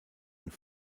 und